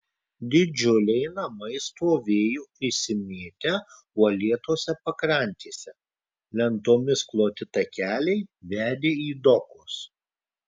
didžiuliai namai stovėjo išsimėtę uolėtose pakrantėse lentomis kloti takeliai vedė į dokus